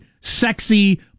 sexy